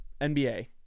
NBA